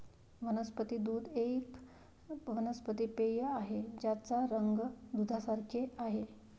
वनस्पती दूध एक वनस्पती पेय आहे ज्याचा रंग दुधासारखे आहे